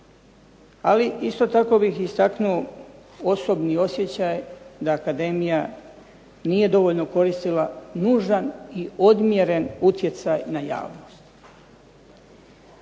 Ali isto tako bih istaknuo osobni osjećaj da akademija nije dovoljno koristila nužan i odmjeren utjecaj na javnost.